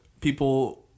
people